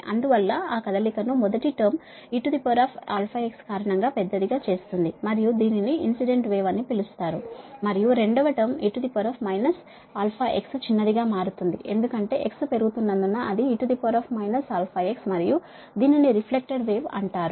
అందువల్ల ఆ కదలిక ను మొదటి టర్మ్ eαx కారణం గా పెద్దదిగా చేస్తుంది మరియు దీనిని ఇన్సిడెంట్ వేవ్ అని పిలుస్తారు మరియు రెండవ టర్మ్ e αx చిన్నదిగా మారుతుంది ఎందుకంటే x పెరుగుతున్నందున అది e αx మరియు దీనిని రిఫ్లెక్టెడ్ వేవ్ అంటారు